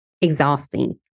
Exhausting